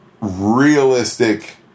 realistic